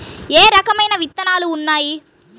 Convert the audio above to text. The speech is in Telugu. ఏ రకమైన విత్తనాలు ఉన్నాయి?